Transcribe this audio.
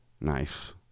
Nice